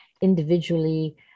individually